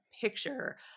picture